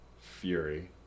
Fury